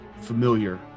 familiar